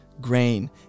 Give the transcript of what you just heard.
grain